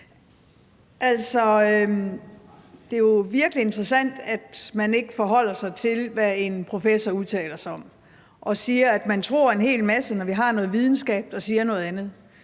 Det er jo virkelig interessant, at man ikke forholder sig til, hvad en professor udtaler sig om, og siger, at man tror en hel masse, når vi har noget videnskab, der siger noget andet.